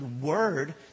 word